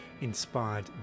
inspired